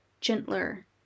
gentler